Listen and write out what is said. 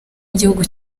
igihugu